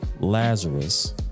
Lazarus